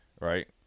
right